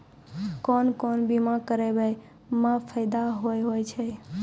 कोन कोन बीमा कराबै मे फायदा होय होय छै?